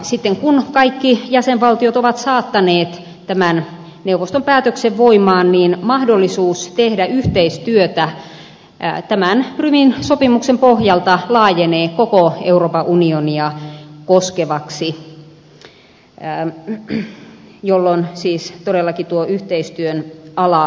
sitten kun kaikki jäsenvaltiot ovat saattaneet tämän neuvoston päätöksen voimaan mahdollisuus tehdä yhteistyötä tämän prumin sopimuksen pohjalta laajenee koko euroopan unionia koskevaksi jolloin siis todellakin tuo yhteistyön ala laajenee